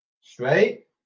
Straight